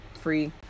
free